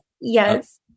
yes